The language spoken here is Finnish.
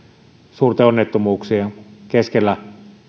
suurten onnettomuuksien keskellä